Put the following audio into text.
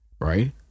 Right